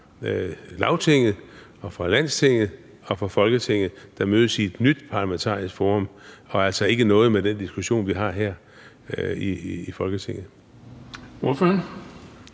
fra Lagtinget, fra Landstinget og fra Folketinget, der mødes i et nyt parlamentarisk forum – hvilket altså ikke har noget at gøre med den diskussion, vi har her i Folketinget.